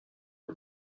her